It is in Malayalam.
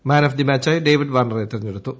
മാൻ ഓഫ് ദ മാച്ചായി ഡേവിഡ് വാർണറെ തിരഞ്ഞെടുത്തു